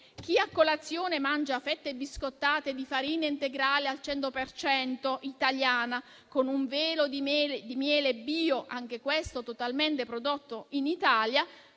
Chi a colazione mangia fette biscottate di farina integrale al 100 per cento italiana, con un velo di miele bio, anche questo totalmente prodotto in Italia,